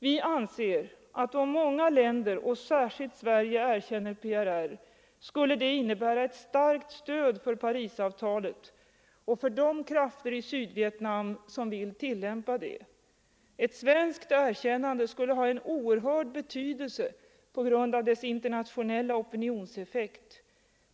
Vi anser att om många länder och särskilt Sverige erkänner PRR, skulle det innebära ett starkt stöd för Parisavtalet och för de krafter i Sydvietnam som vill tillämpa det. Ett svenskt erkännande skulle ha en oerhörd betydelse på grund av dess internationella opinionseffekt.